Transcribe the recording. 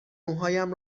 موهایم